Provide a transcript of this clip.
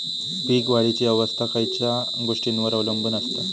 पीक वाढीची अवस्था खयच्या गोष्टींवर अवलंबून असता?